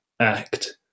act